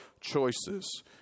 choices